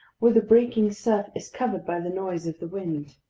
where the breaking surf is covered by the noise of the wind!